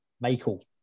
Michael